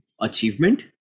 achievement